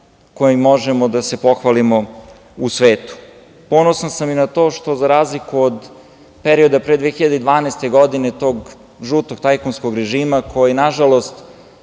kojim možemo da se pohvalimo u svetu. Ponosan sam i na to, što za razliku od perioda pre 2012. godine, tog žutog tajkunskog režima, koji nažalost